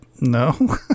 no